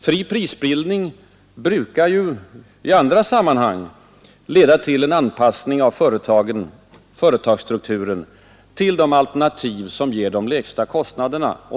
Fri prisbildning brukar ju i andra sammanhang leda till anpassning av företagsstrukturen till de alternativ som ger de lägsta kostnaderna.